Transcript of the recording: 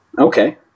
okay